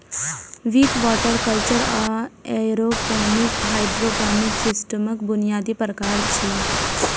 Wick, water culture आ aeroponic hydroponic सिस्टमक बुनियादी प्रकार छियै